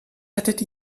hättet